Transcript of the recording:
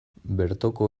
bertoko